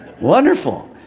wonderful